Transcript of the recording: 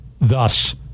Thus